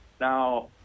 Now